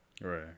Right